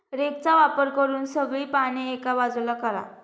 रेकचा वापर करून सगळी पाने एका बाजूला करा